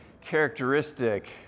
characteristic